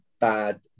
bad